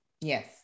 Yes